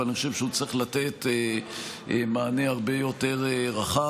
אבל אני חושב שהוא צריך לתת מענה הרבה יותר רחב.